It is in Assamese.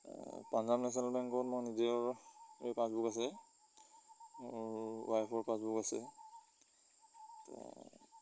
পাঞ্জাৱ নেশ্যনেল বেংকত মোৰ নিজৰ পাছবুক আছে মোৰ ৱাইফৰ পাছবুক আছে